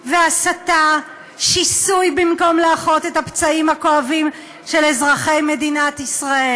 אין לה תשובה לפערים החברתיים, של עם ישראל.